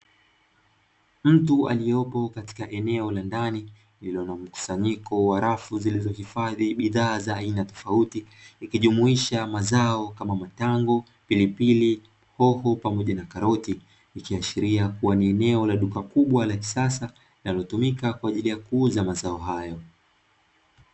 Mtu aliyopo katika eneo la ndani lililo na mkusanyiko wa rafu zilizohifadhi bidhaa za aina tofauti ikijumuisha mazao kama matango, pilipili hoho pamoja na karoti. Ikiashiria kuwa ni eneo la duka kubwa la kisasa linalotumika kwa ajili ya kuuza mazao hayo.